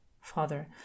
Father